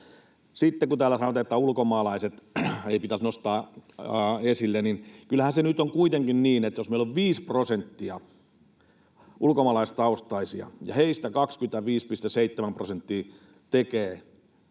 Sitten, kun täällä sanotaan, että ulkomaalaisia ei pitäisi nostaa esille. Kyllähän se nyt on kuitenkin niin, että jos meillä on 5 prosenttia ulkomaalaistaustaisia ja heistä 25,7 prosenttia tekee